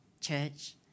church